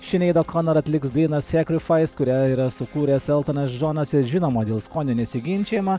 šineido konora atliks dainą sekrifais kurią yra sukūręs eltonas džonas ir žinoma dėl skonio nesiginčijama